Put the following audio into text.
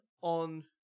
on